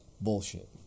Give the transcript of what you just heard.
Bullshit